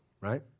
right